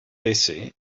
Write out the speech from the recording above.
busy